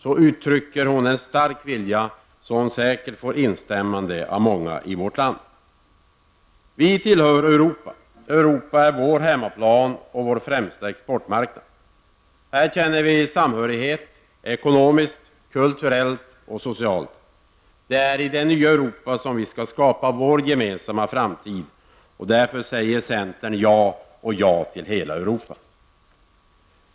uttrycker hon en stark vilja som säkert får instämmanden från många i vårt land. Vi tillhör Europa. Europa är vår hemmaplan och vår främsta exportmarknad. Här känner vi samhörighet -- ekonomiskt, kulturellt och socialt. Det är i det nya Europa som vi skall skapa vår gemensamma framtid. Därför säger centern ja till hela Europa.